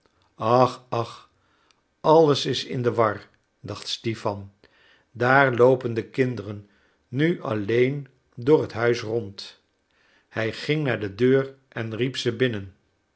ach ach alles is in de war dacht stipan daar loopen de kinderen nu alleen door het huis rond hij ging naar de deur en riep ze binnen